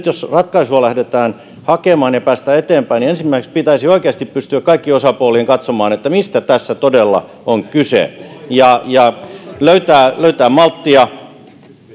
jos nyt ratkaisua lähdetään hakemaan ja yritetään päästä eteenpäin ensimmäiseksi pitäisi oikeasti pystyä kaikkien osapuolien katsomaan mistä tässä todella on kyse ja ja löytämään malttia